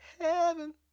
Heaven